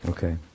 Okay